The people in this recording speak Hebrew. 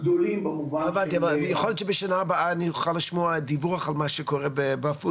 יכול להיות שבשנה הבאה אני אוכל לשמוע על מה שקורה בעפולה,